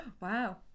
wow